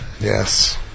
yes